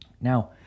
Now